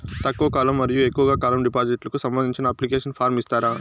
తక్కువ కాలం మరియు ఎక్కువగా కాలం డిపాజిట్లు కు సంబంధించిన అప్లికేషన్ ఫార్మ్ ఇస్తారా?